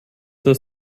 das